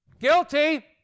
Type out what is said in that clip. Guilty